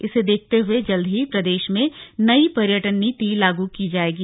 इसे देखते हुए जल्द ही प्रदेश में नई पर्यटन नीति लागू की जाएगी